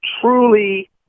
truly